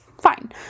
fine